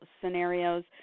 scenarios